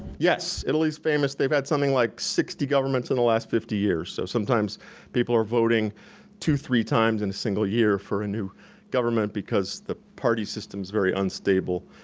yes, italy's famous. they've had something like sixty governments in the last fifty years. so sometimes people are voting two, three times in a single year for a new government because the party system's very unstable.